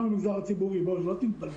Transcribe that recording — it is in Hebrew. גם במגזר הציבורי והרבה.